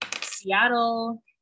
Seattle